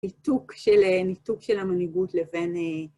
ניתוק של... ניתוק של המנהיגות לבין...